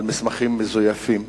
על מסמכים מזויפים,